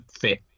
fit